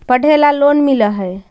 पढ़े ला लोन मिल है?